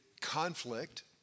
conflict